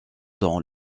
dans